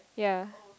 yea